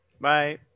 Bye